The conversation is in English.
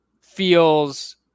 feels